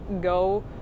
go